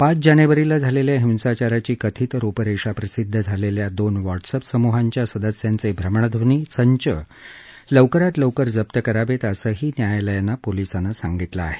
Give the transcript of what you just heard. पाच जानेवारीला झालेल्या हिंसाचाराची कथित रुपरेषा प्रसिद्ध झालेल्या दोन व्हॉटसअॅप समुहांच्या सदस्यांचे भ्रमणध्वनी संच लवकरात लवकर जप्त करावेत असंही न्यायालयानं पोलिसांना सांगितलं आहे